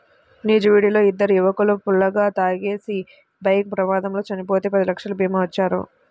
నూజివీడులో ఇద్దరు యువకులు ఫుల్లుగా తాగేసి బైక్ ప్రమాదంలో చనిపోతే పది లక్షల భీమా ఇచ్చారు